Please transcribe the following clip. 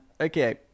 Okay